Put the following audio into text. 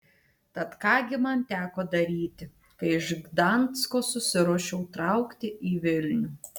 tad ką gi man teko daryti kai iš gdansko susiruošiau traukti į vilnių